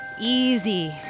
Easy